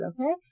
okay